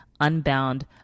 unbound